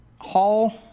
hall